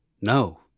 no